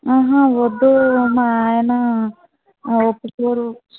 వద్దు మా ఆయన ఒప్పుకోరు